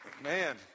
Man